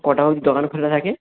কটা অব্দি দোকান খোলা থাকে